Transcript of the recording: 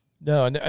No